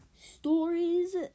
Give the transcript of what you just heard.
stories